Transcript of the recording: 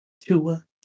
Tua